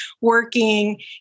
working